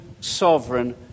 sovereign